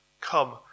Come